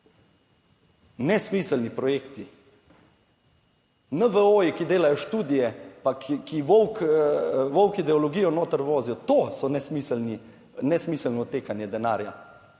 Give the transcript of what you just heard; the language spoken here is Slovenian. Nesmiselni projekti. NVO, ki delajo študije, ki volk ideologijo noter vozijo, to so nesmiselni, nesmiselno odtekanje denarja,